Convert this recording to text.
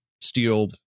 steel